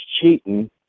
cheating